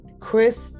Chris